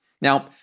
Now